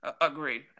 agreed